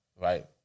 right